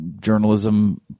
journalism